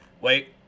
Wait